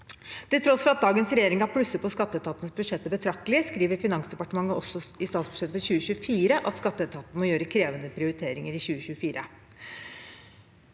Til tross for at dagens regjering har plusset på skatteetatens budsjetter betraktelig, skriver Finansdepartementet også i statsbudsjettet for 2024 at skatteetaten må gjøre krevende prioriteringer i 2024.